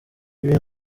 ibi